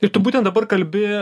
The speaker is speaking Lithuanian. ir tu būtent dabar kalbi